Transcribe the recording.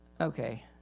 Okay